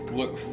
look